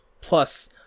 plus